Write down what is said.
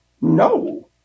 No